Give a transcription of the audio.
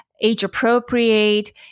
age-appropriate